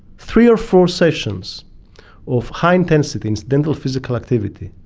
three or four sessions of high intensity incidental physical activity,